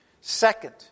second